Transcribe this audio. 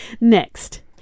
next